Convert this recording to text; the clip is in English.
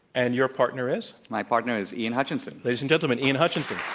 and your partner is? my partner is ian hutchinson. ladies and gentlemen, ian hutchinson.